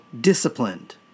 disciplined